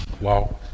Wow